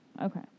Okay